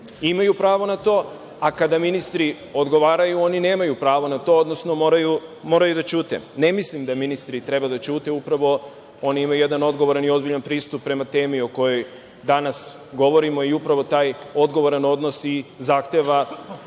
imaju pravo na to, a kada ministri odgovaraju, oni nemaju pravo na to, odnosno moraju da ćute. Ne mislim da ministri trebaju da ćute, upravo oni imaju jedan ozbiljan i odgovoran pristup o temi o kojoj danas govorimo i upravo taj odgovoran odnos i zahteva